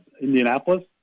Indianapolis